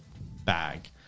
bag